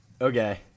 Okay